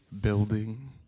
building